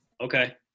Okay